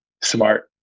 smart